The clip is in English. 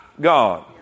God